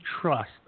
trust